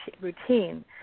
routine